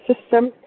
system